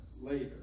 later